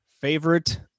Favorite